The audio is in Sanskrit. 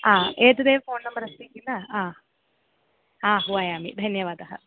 हा एतदेव फ़ोन् नम्बर् अस्ति किल हा आह्वयामि धन्यवादः